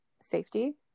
safety